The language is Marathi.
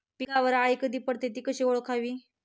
पिकावर अळी कधी पडते, ति कशी ओळखावी?